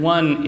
One